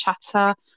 chatter